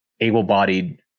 able-bodied